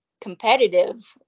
competitive